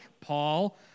Paul